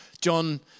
John